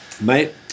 Mate